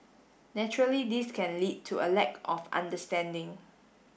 naturally this can lead to a lack of understanding